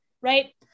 right